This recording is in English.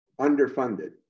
underfunded